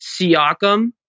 Siakam